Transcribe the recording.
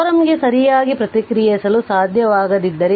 ಫೋರಂಗೆ ಸರಿಯಾಗಿ ಪ್ರತಿಕ್ರಿಯಿಸಲು ಸಾಧ್ಯವಾಗದಿದ್ದರೆ